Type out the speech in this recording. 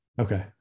Okay